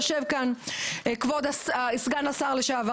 יושב כאן כבוד סגן השר לשעבר,